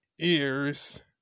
ears